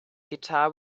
guitar